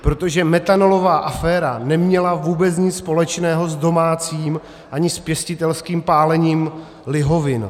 Protože metanolová aféra neměla vůbec nic společného s domácím ani s pěstitelským pálením lihovin.